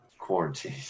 Quarantine